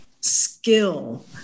skill